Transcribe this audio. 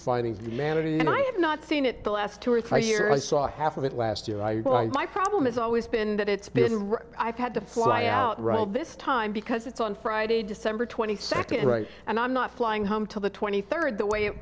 had not seen it the last two or three years i saw half of it last year my problem is always been that it's been i've had to fly out right all this time because it's on friday december twenty second right and i'm not flying home till the twenty third the way